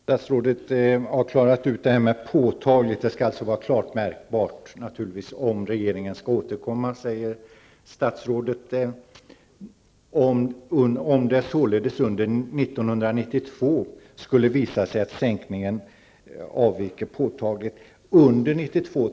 Fru talman! Statsrådet har nu klarat ut detta med ''påtagligt''. Avvikelsen skall alltså vara klart märkbar om regeringen skall återkomma, sade statsrådet. I svaret står det: ''Om det således under 1992 skulle visa sig att sänkningen påtagligt avviker --''.